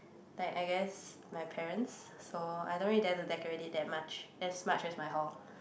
like I guess my parents so I don't really dare to decorate it that much as much as my hall